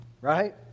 right